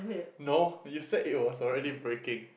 no you siad it was already breaking